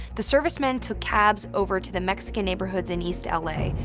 the servicemen took cabs over to the mexican neighborhoods in east la,